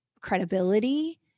credibility